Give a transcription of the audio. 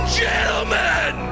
gentlemen